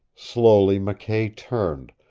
slowly mckay turned,